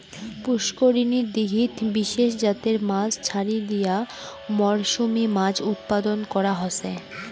পুষ্করিনী, দীঘিত বিশেষ জাতের মাছ ছাড়ি দিয়া মরসুমী মাছ উৎপাদন করাং হসে